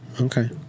okay